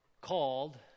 called